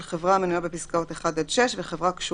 של חברה המנויה בפסקאות (1) עד (6) וחברה קשורה